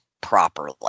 properly